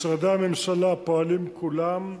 משרדי הממשלה פועלים כולם,